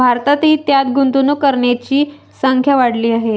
भारतातही त्यात गुंतवणूक करणाऱ्यांची संख्या वाढली आहे